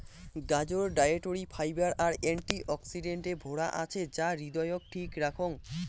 গাজর dietary fibre আর অ্যান্টি অক্সিডেন্টে ভরা আছে যা হৃদয়ক ঠিক রাখং